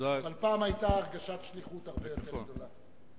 אבל פעם היתה הרגשת שליחות הרבה יותר גדולה.